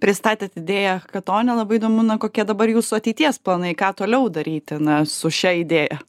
pristatėt idėją kad to nelabai įdomu na kokie dabar jūsų ateities planai ką toliau daryti na su šia idėja